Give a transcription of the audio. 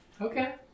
Okay